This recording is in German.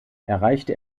erreichte